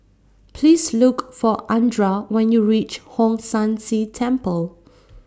Please Look For Andra when YOU REACH Hong San See Temple